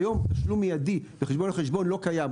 כיום תשלום מידי מחשבון לחשבון לא קיים,